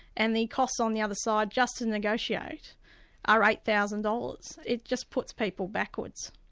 and the costs on the other side just to negotiate are eight thousand dollars. it just puts people backwards.